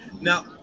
Now